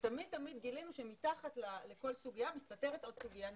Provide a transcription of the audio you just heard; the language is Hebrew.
תמיד גילינו שמתחת לכל סוגיה מתכתבת עוד סוגיה נשית.